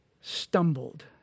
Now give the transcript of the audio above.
stumbled